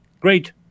great